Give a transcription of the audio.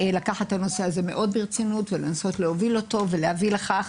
לקחת את הנושא הזה מאוד ברצינות ולנסות להוביל אותו ולהביא לכך